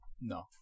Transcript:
No